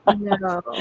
No